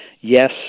Yes